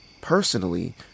Personally